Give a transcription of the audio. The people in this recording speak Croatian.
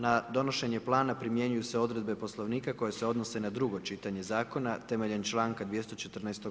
Na donošenje Plana primjenjuju se odredbe Poslovnika koje se odnose na 2. čitanje Zakona, temeljem čl. 214.